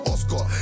Oscar